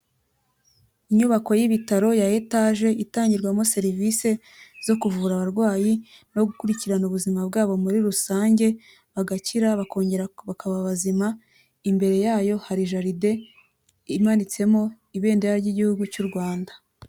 Inyubako y'ibitaro ya etage itangirwamo serivise zo kuvura abarwayi no gukurikirana ubuzima bwabo muri rusange bagakira bakongera bakaba bazima, imbere yayo hari jaride imanitsemo ibendera ry'igihugu cy'u Rwanda.